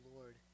Lord